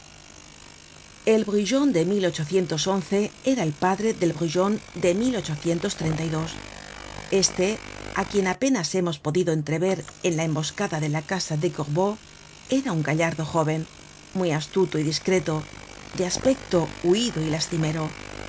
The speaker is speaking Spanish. el brujon de era el padre del brujon de este á quien apenas hemos podido entrever en la emboscada de la casa de gorbeau era un gallardo jóven muy astuto y discreto de aspecto huido y lastimero